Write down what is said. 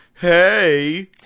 Hey